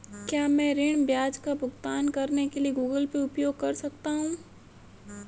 क्या मैं ऋण ब्याज का भुगतान करने के लिए गूगल पे उपयोग कर सकता हूं?